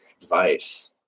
device